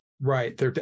Right